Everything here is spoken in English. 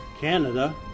Canada